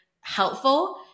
helpful